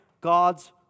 God's